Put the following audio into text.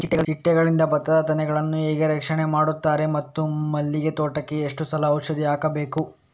ಚಿಟ್ಟೆಗಳಿಂದ ಭತ್ತದ ತೆನೆಗಳನ್ನು ಹೇಗೆ ರಕ್ಷಣೆ ಮಾಡುತ್ತಾರೆ ಮತ್ತು ಮಲ್ಲಿಗೆ ತೋಟಕ್ಕೆ ಎಷ್ಟು ಸಲ ಔಷಧಿ ಹಾಕಬೇಕು?